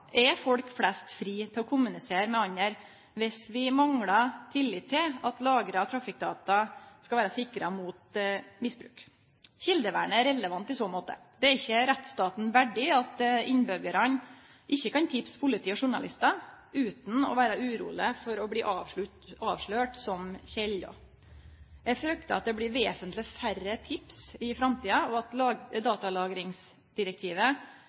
Er folk flest frie til å kommunisere med andre dersom vi manglar tillit til at lagra trafikkdata skal vere sikra mot misbruk? Kjeldevernet er relevant i så måte. Det er ikkje rettsstaten verdig at innbyggjarane ikkje kan tipse politi og journalistar utan å vere urolege for å bli avslørte som kjelda. Eg fryktar at det blir vesentleg færre tips i framtida, og at datalagringsdirektivet